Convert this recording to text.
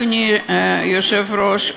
אדוני היושב-ראש,